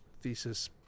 thesis